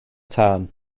tân